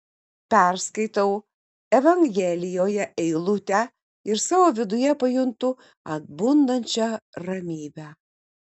perskaitau evangelijoje eilutę ir savo viduje pajuntu atbundančią ramybę